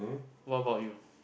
what about you